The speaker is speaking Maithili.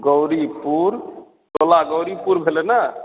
गौरीपुर टोला गौरीपुर भेलै ने